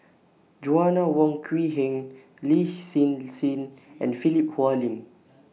Joanna Wong Quee Heng Lin Hsin Hsin and Philip Hoalim